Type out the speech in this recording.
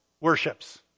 worships